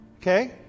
Okay